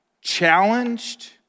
challenged